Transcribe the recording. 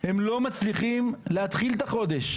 הם לא מצליחים להתחיל את החודש.